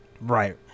right